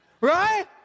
Right